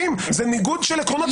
זה ניגוד של עקרונות.